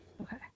okay